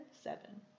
seven